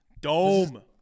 Dome